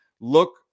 Look